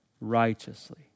righteously